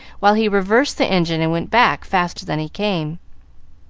while he reversed the engine and went back faster than he came.